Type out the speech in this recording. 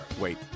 wait